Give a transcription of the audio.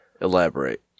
Elaborate